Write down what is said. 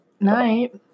night